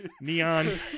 neon